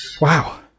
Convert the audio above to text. Wow